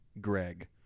greg